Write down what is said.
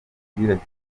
cy’umupira